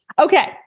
Okay